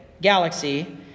galaxy